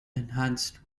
enhanced